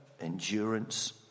endurance